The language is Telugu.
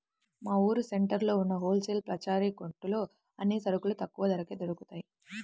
మా ఊరు సెంటర్లో ఉన్న హోల్ సేల్ పచారీ కొట్టులో అన్ని సరుకులు తక్కువ ధరకే దొరుకుతయ్